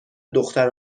دختر